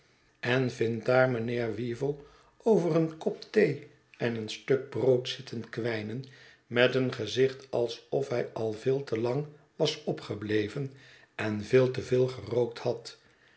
en vindt daar mijnhet verlaten huis heer weevle over een kop thee en een stuk brood zitten kwijnen met een gezicht alsof hij al veel te lang was opgebleven en veel te veel gerookt had